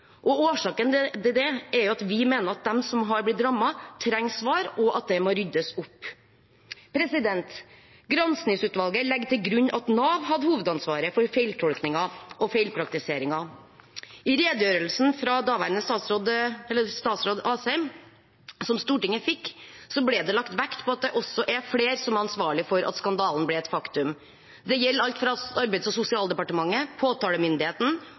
og årsaken til det er at vi mener at de som har blitt rammet, trenger svar, og at det må ryddes opp. Granskingsutvalget legger til grunn at Nav hadde hovedansvaret for feiltolkingen og feilpraktiseringen. I redegjørelsen fra statsråd Asheim som Stortinget fikk, ble det lagt vekt på at det også er flere som er ansvarlig for at skandalen ble et faktum. Det gjelder bl.a. Arbeids- og sosialdepartementet, påtalemyndigheten